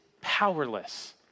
powerless